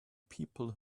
people